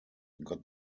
got